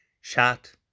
shot